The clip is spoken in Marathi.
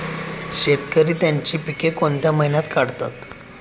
शेतकरी त्यांची पीके कोणत्या महिन्यात काढतात?